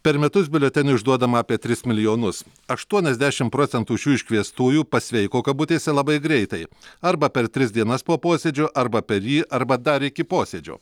per metus biuletenių išduodama apie tris milijonus aštuoniasdešim procentų šių iškviestųjų pasveiko kabutėse labai greitai arba per tris dienas po posėdžio arba per jį arba dar iki posėdžio